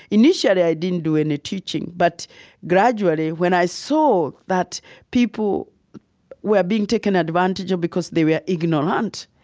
initially, i didn't do any teaching. but gradually, when i saw that people were being taken advantage of because they were ignorant,